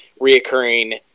reoccurring